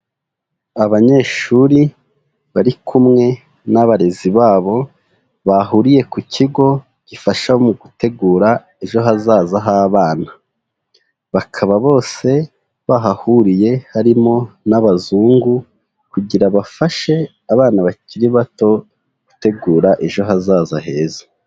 Abanyeshuri bari kumwe n'abarezi babo bahuriye ku kigo gifasha mu gutegura ejo hazaza h'abana. Bakaba bose bahahuriye harimo n'abazungu kugira bafashe abana bakiri bato gutegura ejo hazaza heza.